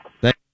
Thank